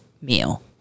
meal